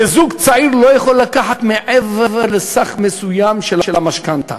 שזוג צעיר לא יכול לקחת מעבר לסך מסוים של המשכנתה.